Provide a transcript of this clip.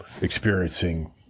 experiencing